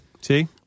See